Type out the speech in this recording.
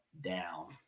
down